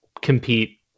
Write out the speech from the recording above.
compete